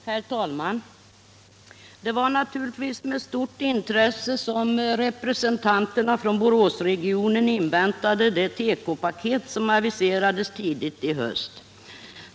Herr talman! Det var naturligtvis med stort intresse som representanterna för Boråsregionen inväntade det tekopaket som aviserades tidigt i höst.